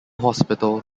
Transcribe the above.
hospital